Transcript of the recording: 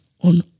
on